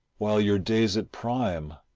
while your day's at prime.